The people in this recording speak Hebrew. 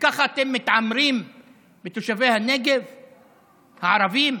וככה אתם מתעמרים בתושבי הנגב הערבים?